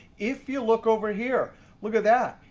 if you look over here look at that.